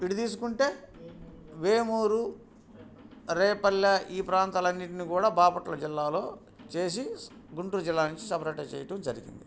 ఇటు తీసుకుంటే వేమూరు రేపల్లె ఈ ప్రాంతాలు అన్నింటినీ కూడా బాపట్ల జిల్లాలో చేసి గుంటూరు జిల్లా నుంచి సపరేట్ చేయడం జరిగింది